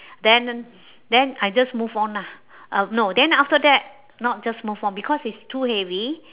then then I just move on lah uh no then after that not just move on because it's too heavy